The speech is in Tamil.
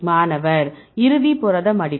மாணவர் இறுதி புரத மடிப்பு